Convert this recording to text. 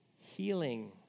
Healing